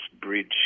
bridge